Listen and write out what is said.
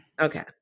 Okay